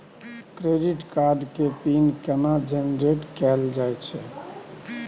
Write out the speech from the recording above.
Credit card के pin केना generate कैल जाए छै?